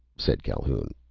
said calhoun.